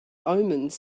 omens